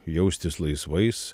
jaustis laisvais